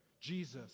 Jesus